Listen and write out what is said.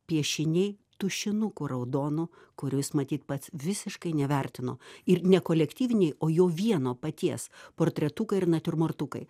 piešiniai tušinuku raudonu kurių jis matyt pats visiškai nevertino ir ne kolektyviniai o jo vieno paties portretukai ir natiurmortukai